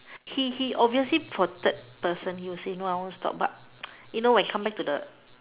he he obviously for third person he will say no I won't stop but you know when come back to the